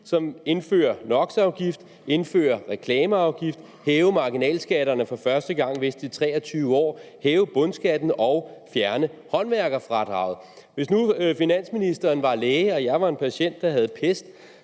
som at indføre NOx-afgift, indføre reklameafgift, hæve marginalskatterne vist for første gang i 23 år, hæve bundskatten og fjerne håndværkerfradraget. Hvis finansministeren nu var læge og jeg var en patient, der havde pest,